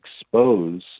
expose